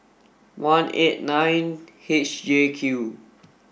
one eight nine H J Q